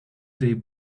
they